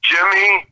Jimmy